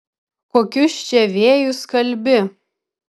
kokius čia vėjus kalbi